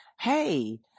Hey